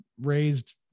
raised